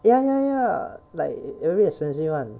ya ya ya like very expensive [one]